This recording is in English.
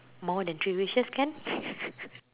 more than three wishes can